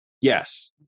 Yes